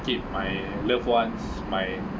give my loved ones my